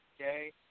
Okay